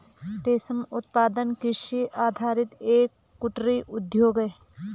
रेशम उत्पादन कृषि आधारित एक कुटीर उद्योग है